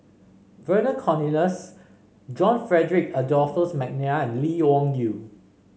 Vernon Cornelius John Frederick Adolphus McNair and Lee Wung Yew